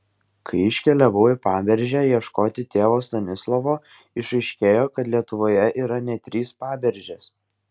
kai iškeliavau į paberžę ieškoti tėvo stanislovo išaiškėjo kad lietuvoje yra net trys paberžės